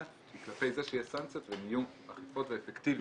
היא כלפי זה שיהיו סנקציות והן יהיו אכיפות ואפקטיביות.